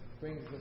brings